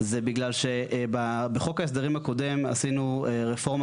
זה בגלל שבחוק ההסדרים הקודם עשינו רפורמה